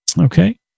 Okay